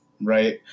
right